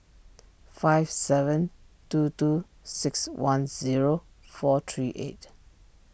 five seven two two six one zero four three eight